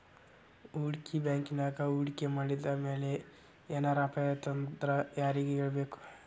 ಹೂಡ್ಕಿ ಬ್ಯಾಂಕಿನ್ಯಾಗ್ ಹೂಡ್ಕಿ ಮಾಡಿದ್ಮ್ಯಾಲೆ ಏನರ ಅಪಾಯಾತಂದ್ರ ಯಾರಿಗ್ ಹೇಳ್ಬೇಕ್?